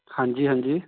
ਹਾਂਜੀ ਹਾਂਜੀ